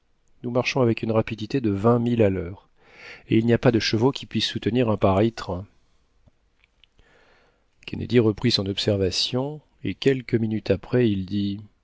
nous marchons avec une rapidité de vingt milles à l'heure et il n'y a pas de chevaux qui puissent soutenir un pareil train kennedy reprit son observation et quelques minutes après il dit